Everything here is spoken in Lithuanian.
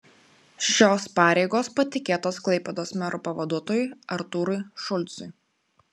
šios pareigos patikėtos klaipėdos mero pavaduotojui artūrui šulcui